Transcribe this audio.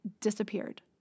disappeared